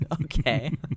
Okay